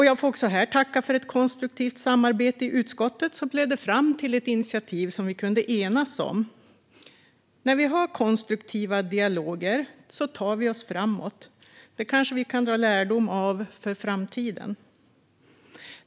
Jag får också här tacka för ett konstruktivt samarbete i utskottet som ledde fram till ett initiativ som vi kunde enas om. När vi har konstruktiva dialoger tar vi oss framåt. Det kanske vi kan dra lärdom av för framtiden.